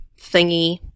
thingy